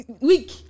week